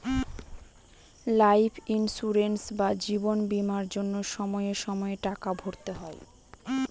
life insurance বা জীবন বীমার জন্য সময়ে সময়ে টাকা ভরতে হয়